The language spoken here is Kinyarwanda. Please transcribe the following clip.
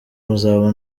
muzaba